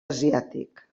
asiàtic